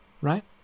Right